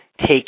take